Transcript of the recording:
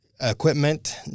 equipment